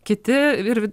kiti ir